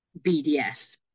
BDS